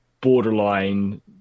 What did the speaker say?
borderline